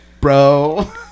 bro